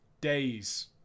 days